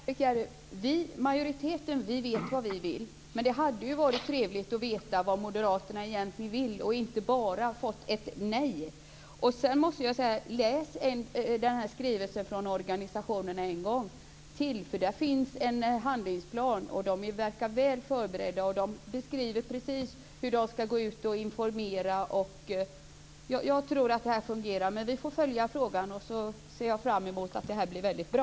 Herr talman! Vi i majoriteten vet vad vi vill. Men det hade ju varit trevligt att veta vad moderaterna egentligen vill och inte bara få ett nej. Läs skrivelsen från organisationerna en gång till! Där finns en handlingsplan. Man verkar väl förberedd och man beskriver precis hur man skall informera. Jag tror att det här fungerar, men vi får följa frågan. Jag ser fram emot att det här blir väldigt bra.